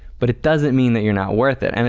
but it doesn't mean that you're not worth it. and